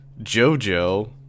JoJo